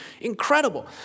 incredible